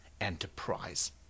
enterprise